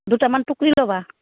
দুটামান টুকুৰি ল'বা